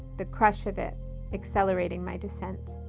the crush of it accelerating my descent.